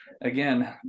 again